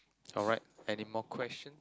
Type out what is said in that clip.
alright anymore question